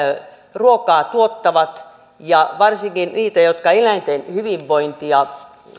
ruokaa tuottavat ja varsinkin niitä jotka eläinten hyvinvointia